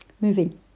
moving